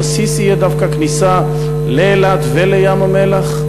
שהבסיס יהיה דווקא כניסה לאילת ולים-המלח?